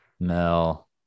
Mel